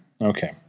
Okay